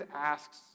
asks